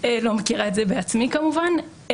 לא מכירה את זה בעצמי כמובן.